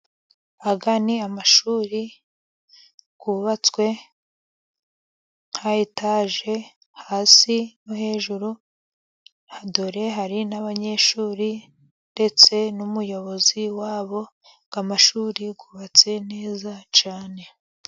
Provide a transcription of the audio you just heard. Aya ni amashuri yubatswe nka etaje hasi no hejuru, dore hari n'abanyeshuri ndetse n'umuyobozi wabo, aya mashuri yubatse neza cyane.